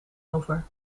over